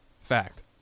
Fact